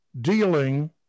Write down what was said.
dealing